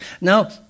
Now